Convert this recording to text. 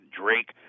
Drake